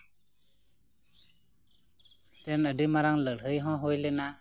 ᱚᱱᱟ ᱛᱟᱭᱚᱢ ᱟᱹᱰᱤ ᱢᱟᱨᱟᱝ ᱞᱟᱹᱲᱦᱟᱹᱭ ᱦᱚᱸ ᱦᱩᱭ ᱞᱮᱱᱟ